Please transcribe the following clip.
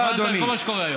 תמשיך עם התירוצים.